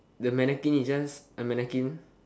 the mannequin is just a mannequin